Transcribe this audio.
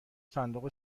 صندوق